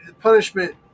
punishment